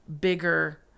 bigger